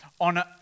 on